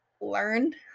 learned